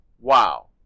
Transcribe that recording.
Wow